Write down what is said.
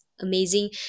amazing